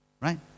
Right